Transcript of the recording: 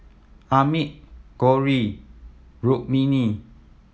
Amit Gauri Rukmini